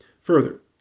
Further